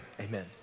Amen